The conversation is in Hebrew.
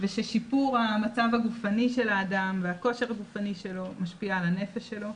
וששיפור המצב הגופני של האדם והכושר הגופני שלו משפיע על הנפש שלו.